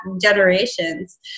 generations